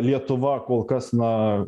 lietuva kol kas na